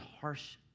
harsh